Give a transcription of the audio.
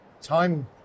time